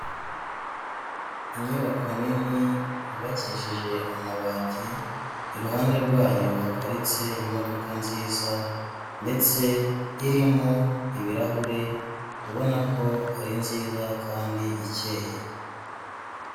Inyubako nini yubakishije amabati iruhande rwayo haparitse imodoka nziza ndetse irimo ibirahuri ubona ko ari nziza kandi ikeye.